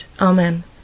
Amen